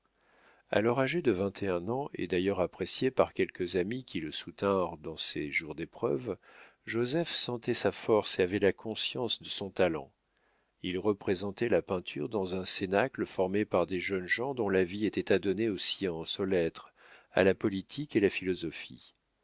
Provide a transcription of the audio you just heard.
alors âgé de vingt et un ans et d'ailleurs apprécié par quelques amis qui le soutinrent dans ses jours d'épreuves joseph sentait sa force et avait la conscience de son talent il représentait la peinture dans un cénacle formé par des jeunes gens dont la vie était adonnée aux sciences aux lettres à la politique et la philosophie